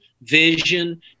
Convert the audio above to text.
vision